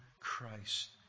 Christ